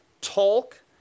talk